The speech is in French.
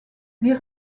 les